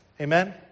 Amen